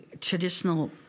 traditional